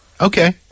Okay